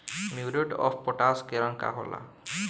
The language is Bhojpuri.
म्यूरेट ऑफ पोटाश के रंग का होला?